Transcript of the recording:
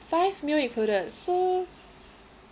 five meal included so